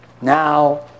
Now